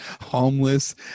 Homeless